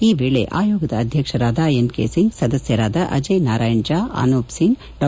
ಈ ವೇಳೆ ಆಯೋಗದ ಅಧ್ಯಕ್ಷರಾದ ಎನ್ ಕೆ ಸಿಂಗ್ ಸದಸ್ಗರಾದ ಅಜಯ್ ನಾರಾಯಣ್ ಜಾ ಅನೂಪ್ ಸಿಂಗ್ ಡಾ